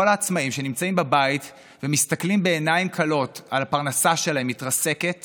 כל העצמאים שנמצאים בבית ומסתכלים בעיניים כלות על הפרנסה שלהם מתרסקת